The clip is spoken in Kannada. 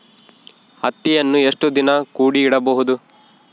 ಹತ್ತಿಯನ್ನು ಎಷ್ಟು ದಿನ ಕೂಡಿ ಇಡಬಹುದು?